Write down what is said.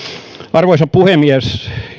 arvoisa puhemies